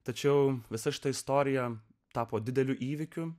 tačiau visa šita istorija tapo dideliu įvykiu